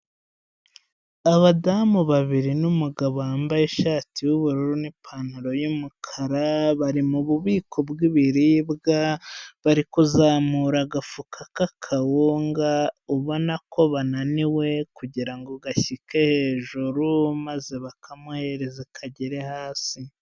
Abadamu babiri n'umugabo wambaye ishati y'ubururu n'ipantaro y'umukara, bari mu bubiko bw'ibiribwa, bari kuzamura agafuka kakawunga, ubona ko bananiwe kugira ngo gashyike hejuru, maze bakamuhereza kagere hasi.